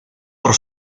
por